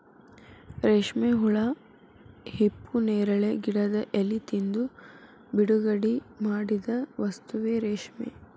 ರೇಶ್ಮೆ ಹುಳಾ ಹಿಪ್ಪುನೇರಳೆ ಗಿಡದ ಎಲಿ ತಿಂದು ಬಿಡುಗಡಿಮಾಡಿದ ವಸ್ತುವೇ ರೇಶ್ಮೆ